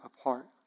apart